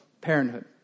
Parenthood